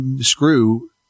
screw